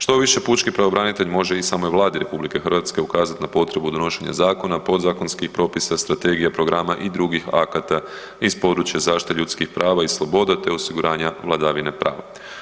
Štoviše pučki pravobranitelj i može samoj Vladi RH ukazati na potrebu donošenja zakona, podzakonskih propisa, strategija, programa i drugih akata iz područja zaštite ljudskih prava i sloboda te osiguranja vladavine prava.